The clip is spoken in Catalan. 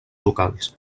locals